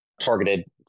targeted